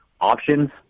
options